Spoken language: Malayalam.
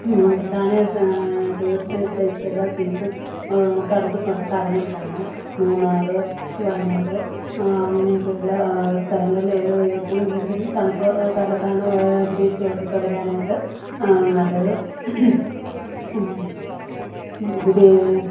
പ്രധാന ടൂറിസ്റ്റ് പ്ലേസിലെല്ലാം സീസൺ തണുപ്പ് സ്വതകാലങ്ങളിലാണ് മൂന്നാർ വയനാട് അങ്ങനെയൊക്കെയുള്ള സ്ഥലങ്ങളിൽ ഏറ്റവും കൂടുതൽ തണുപ്പ് കാലത്താണ് വിദേശികൾക്കൊക്കെ വരാനായിട്ട് നല്ലത്